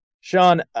Sean